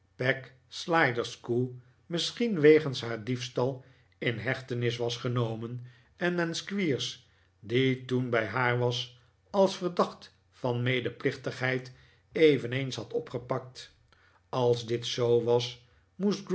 peg sliderskew misschien wegens haar diefstal in hechtenis was genomen en men squeers die toen bij haar was als verdacht van medeplichtigheid eveneens had opgepakt als dit zoo was moest